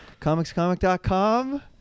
Comicscomic.com